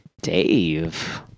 Dave